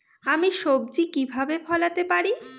আমি সবজি কিভাবে ফলাতে পারি?